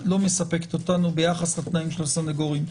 לא מספקת אותנו ביחס לתנאים של הסנגורים.